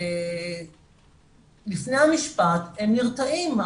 ולפני המשפט הם נרתעים.